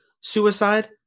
suicide